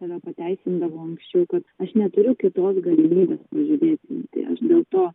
save pateisindavo anksčiau kad aš neturiu kitos galimybės pažiūrėti tai aš dėl to